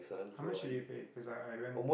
how much did it pay cause I I haven't